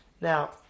Now